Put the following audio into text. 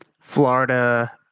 Florida